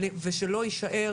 ושלא יישאר